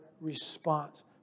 response